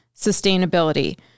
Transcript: sustainability